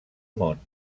món